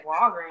Walgreens